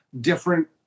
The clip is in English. different